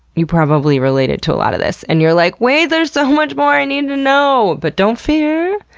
you probably related to a lot of this. and you're like, wait! there's so much more i need to know! but don't fear,